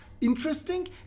interesting